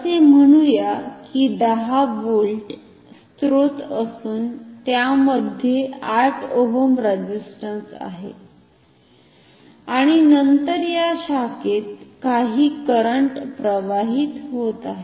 असे म्हणुया कि 10 व्होल्ट स्त्रोत असून त्यामध्ये 8 ओहम रेझिस्टंस आहे आणि नंतर या शाखेत काही करंट प्रवाहित होत आहे